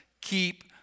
keep